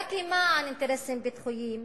ורק למען אינטרסים ביטחוניים,